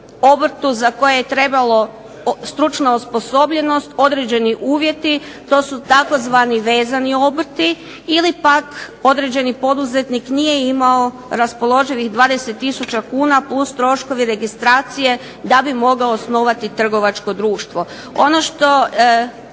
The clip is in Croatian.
obrtu za koje je trebala stručna osposobljenost, određeni uvjeti. To su tzv. vezani obrti ili pak određeni poduzetnik nije imao raspoloživih 20 tisuća kuna plus troškovi registracije da bi mogao osnovati trgovačko društvo. Ono što